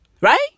Right